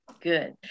Good